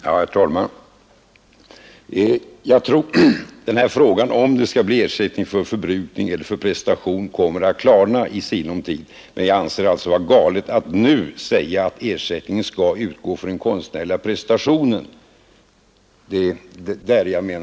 Herr talman! Jag tror att denna fråga om det skall bli ersättning för förbrukning eller för prestation kommer att klarna i sinom tid. Jag anser det vara galet att nu bestämma, att ersättning skall utgå för just konstnärlig prestation.